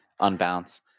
Unbounce